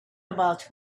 about